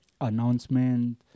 announcement